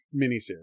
miniseries